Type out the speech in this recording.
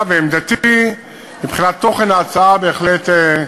אני מציע שחבר הכנסת נחמן שי יהפוך את זה להצעה